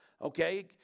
okay